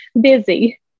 busy